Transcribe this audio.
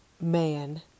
man